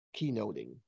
keynoting